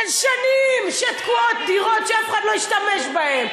שנים שתקועות דירות שאף אחד לא השתמש בהן.